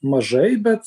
mažai bet